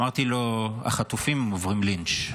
אמרתי לו: החטופים עוברים לינץ'.